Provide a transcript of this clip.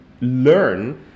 learn